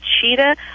cheetah